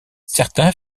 certains